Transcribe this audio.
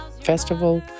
Festival